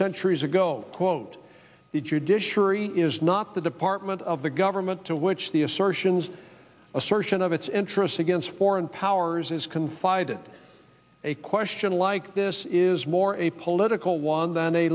centuries ago quote the judiciary is not the department of the government to which the assertions assertion of its interests against foreign powers is confided a question like this is more a political one than a